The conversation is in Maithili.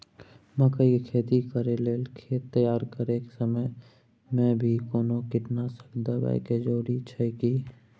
मकई के खेती कैर लेल खेत तैयार करैक समय मे भी कोनो कीटनासक देबै के जरूरी अछि की?